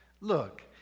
Look